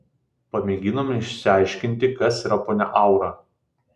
pamėginome išsiaiškinti kas yra ponia aura